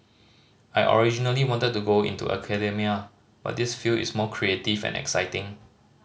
I originally wanted to go into academia but this field is more creative and exciting